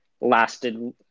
lasted